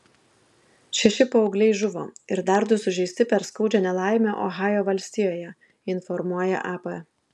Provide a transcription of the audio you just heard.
šeši paaugliai žuvo ir dar du sužeisti per skaudžią nelaimę ohajo valstijoje informuoja ap